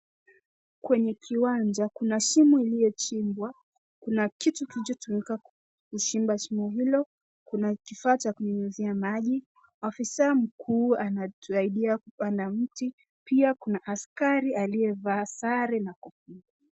Kwenye kiwanja, kuna shimo iliyochimbwa , kuna kitu kilichotumika kuchimba shimo hilo, kuna kifaa cha kunyunyuzia maji . Afisa mkuu anasaidia kupanda mti, pia kuna askari aliyevaa sare na kofia.